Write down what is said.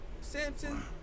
Samson